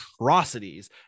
atrocities